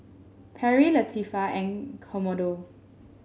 Perri Latifah and Commodore